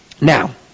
Now